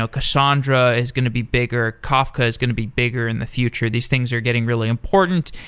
ah cassandra is going to be bigger. kafka is going to be bigger in the future. these things are getting really important.